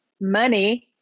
money